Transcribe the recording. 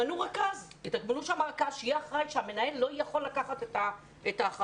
הרכז יהיה אחראי כי המנהל לא יכול לקחת את האחריות.